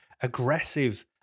aggressive